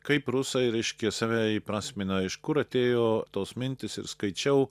kaip rusai reiškia save įprasmina iš kur atėjo tos mintys ir skaičiau